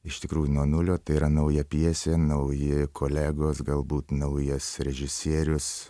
iš tikrųjų nuo nulio tai yra nauja pjesė nauji kolegos galbūt naujas režisierius